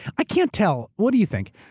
i can't tell, what do you think?